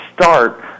start